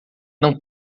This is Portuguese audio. não